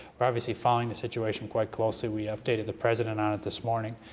we're obviously following the situation quite closely. we updated the president on it this morning.